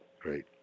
Great